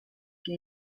que